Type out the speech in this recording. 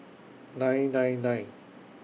nine nine nine